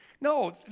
No